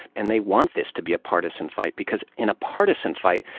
and they want this to be a partisan fight because, in a partisan fight,